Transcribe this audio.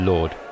Lord